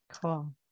Cool